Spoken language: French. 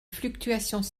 fluctuations